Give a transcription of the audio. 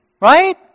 Right